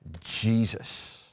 Jesus